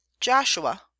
joshua